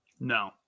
No